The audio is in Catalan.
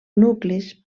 nuclis